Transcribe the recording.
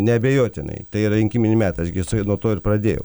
neabejotinai tai yra rinkiminiai metai aš gi nuo to ir pradėjau